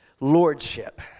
lordship